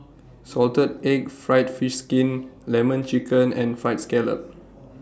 Salted Egg Fried Fish Skin Lemon Chicken and Fried Scallop